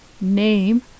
name